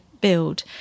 build